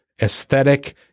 aesthetic